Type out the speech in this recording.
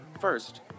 First